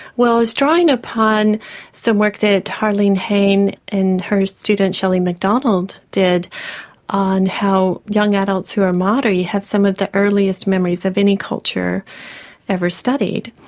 well i was drawing upon some work there that arlene hayne and her student shelly macdonald did on how young adults who are maori have some of the earliest memories of any culture ever studied.